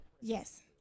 Yes